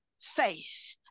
faith